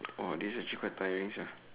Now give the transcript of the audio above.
!wah! this is actually quite tiring sia